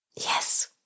yes